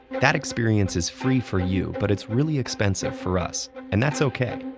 that experience is free for you, but it's really expensive for us, and that's okay.